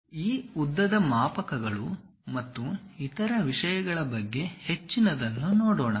ಈ ಉದ್ದದ ಮಾಪಕಗಳು ಮತ್ತು ಇತರ ವಿಷಯಗಳ ಬಗ್ಗೆ ಹೆಚ್ಚಿನದನ್ನು ನೋಡೋಣ